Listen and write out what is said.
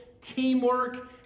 teamwork